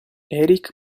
eric